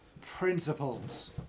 principles